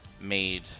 made